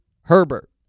Herbert